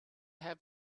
have